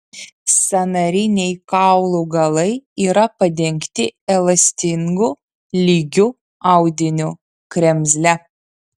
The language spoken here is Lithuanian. sąnariniai kaulų galai yra padengti elastingu lygiu audiniu kremzle